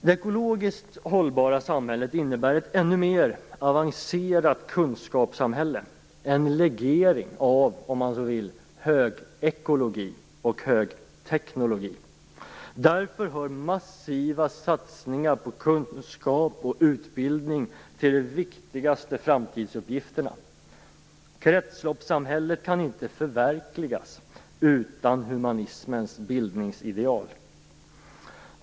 Det ekologiskt hållbara samhället innebär ett ännu mer avancerat kunskapssamhälle, en legering av, om man så vill, "högekologi" och högteknologi. Därför hör massiva satsningar på kunskap och utbildning till de viktigaste framtidsuppgifterna. Kretsloppssamhället kan inte förverkligas utan humanismens bildningsideal.